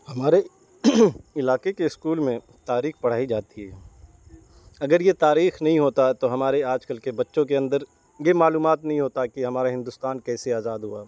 ہمارے علاقے کے اسکول میں تاریخ پڑھائی جاتی ہے اگر یہ تاریخ نہیں ہوتا تو ہمارے آج کل کے بچوں کے اندر یہ معلومات نہیں ہوتا کہ ہمارا ہندوستان کیسے آزاد ہوا